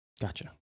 Gotcha